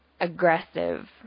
aggressive